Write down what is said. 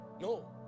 No